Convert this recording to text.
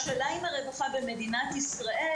השאלה היא האם הרווחה במדינת ישראל,